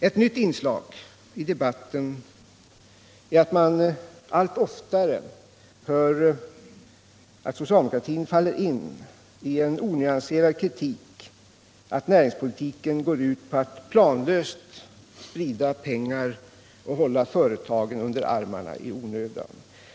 Ett nytt inslag i debatten är att man allt oftare hör socialdemokraterna falla in i den onyanserade kritiken att näringspolitiken går ut på att planlöst sprida pengar och hålla företagen under armarna i onödan.